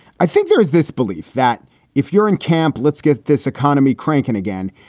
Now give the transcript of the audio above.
i think there is this belief that if you're in camp, let's get this economy cranking again.